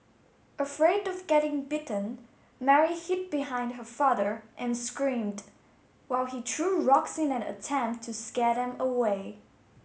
afraid of getting bitten Mary hid behind her father and screamed while he threw rocks in an attempt to scare them away